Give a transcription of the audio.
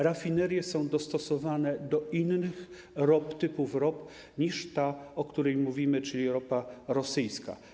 Rafinerie są dostosowane do innych typów ropy niż ta, o której mówimy, czyli ropa rosyjska.